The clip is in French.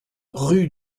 rue